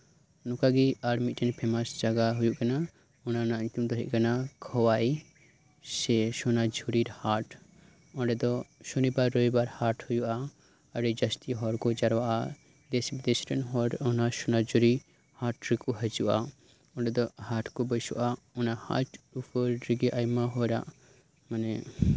ᱚᱱᱠᱟᱜᱮ ᱟᱨ ᱢᱤᱫᱴᱮᱱ ᱯᱷᱮᱢᱟᱥ ᱡᱟᱭᱜᱟ ᱦᱩᱭᱩᱜ ᱠᱟᱱᱟ ᱚᱱᱟ ᱨᱮᱭᱟᱜ ᱧᱩᱛᱩᱢ ᱫᱚ ᱦᱩᱭᱩᱜ ᱠᱟᱱᱟ ᱠᱷᱳᱭᱟᱭ ᱥᱮ ᱥᱳᱱᱟᱡᱷᱩᱨᱤᱨ ᱦᱟᱴ ᱚᱸᱰᱮ ᱫᱚ ᱥᱩᱱᱤᱵᱟᱨ ᱨᱚᱵᱤᱵᱟᱨ ᱦᱟᱴ ᱦᱩᱭᱩᱜᱼᱟ ᱟᱹᱰᱤ ᱡᱟᱹᱥᱛᱤ ᱦᱚᱲ ᱠᱚ ᱡᱟᱣᱨᱟᱜᱼᱟ ᱫᱮᱥ ᱵᱤᱫᱮᱥ ᱨᱮᱱ ᱦᱚᱲ ᱚᱱᱟ ᱥᱳᱱᱟᱡᱷᱩᱨᱤ ᱦᱟᱴ ᱨᱮᱠᱚ ᱦᱤᱡᱩᱜᱼᱟ ᱚᱸᱰᱮ ᱫᱚ ᱦᱟᱴ ᱠᱚ ᱵᱟᱹᱭᱥᱟᱹᱣᱼᱟ ᱚᱱᱟ ᱦᱟᱴ ᱨᱮᱜᱮ ᱟᱭᱢᱟ ᱦᱚᱲᱟᱜ ᱢᱟᱱᱮ